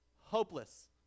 hopeless